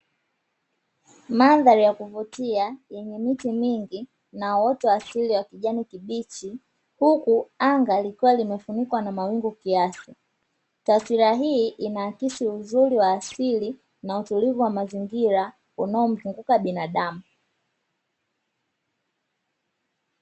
Mandhari ya kuvutia yenye miti mingi na uoto wa asili wa kijani kibichi, huku anga likiwa limefunikwa na mawingu kiasi. Taswira hii inaakisi uzuri wa asili na utulivu wa mazingira unaomzunguka binadamu.